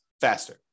faster